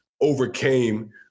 overcame